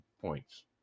points